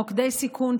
מוקדי סיכון,